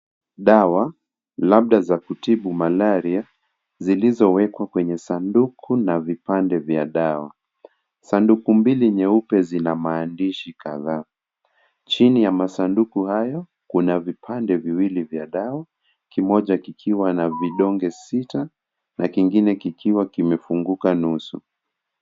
Dawa labda za kutibu malaria zilizowekwa kwenye sanduku na vipande vya dawa. Sanduku mbili nyeupe zina maandishi kadhaa. Chini ya masanduku hayo kuna vipande viwili vya dawa kimoja kikiwa na vidonge sita na kingine kikiwa kimefunguka nusu.